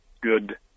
good